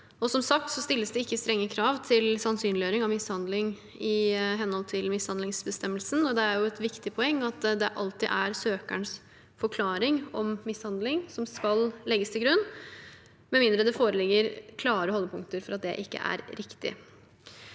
Som sagt stilles det ikke strenge krav til sannsynliggjøring av mishandling i henhold til mishandlingsbestemmelsen, og det er et viktig poeng at det alltid er søkerens forklaring om mishandling som skal legges til grunn, med mindre det foreligger klare holdepunkter for at det ikke er riktig.